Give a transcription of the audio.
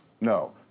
no